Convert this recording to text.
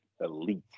elite